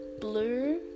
blue